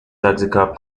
taxicab